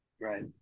Right